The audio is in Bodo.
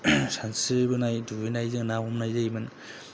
सानस्रिबोनाय दुगैनाय जों ना हमनाय जायोमोन